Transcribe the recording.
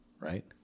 right